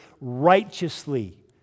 righteously